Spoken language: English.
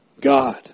God